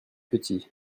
petit